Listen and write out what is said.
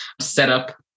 setup